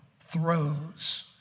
throws